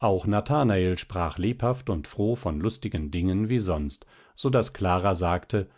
auch nathanael sprach lebhaft und froh von lustigen dingen wie sonst so daß clara sagte